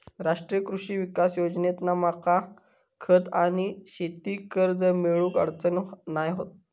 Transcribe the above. राष्ट्रीय कृषी विकास योजनेतना मका खत आणि शेती कर्ज मिळुक अडचण नाय होत